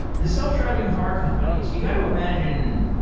the self-driving car companies, you got to imagine,